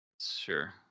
sure